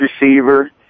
receiver